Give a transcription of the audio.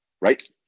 right